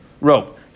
Rope